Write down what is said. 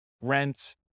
rent